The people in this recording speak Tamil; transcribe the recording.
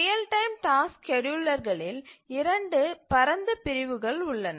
ரியல் டைம் டாஸ்க் ஸ்கேட்யூலர்களிள் இரண்டு பரந்த பிரிவுகள் உள்ளன